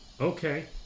okay